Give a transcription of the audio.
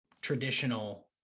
traditional